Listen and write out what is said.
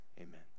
Amen